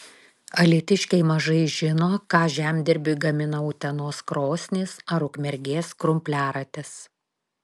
alytiškiai mažai žino ką žemdirbiui gamina utenos krosnys ar ukmergės krumpliaratis